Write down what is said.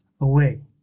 away